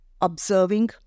observing